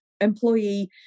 employee